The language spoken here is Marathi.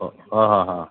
हो हो हो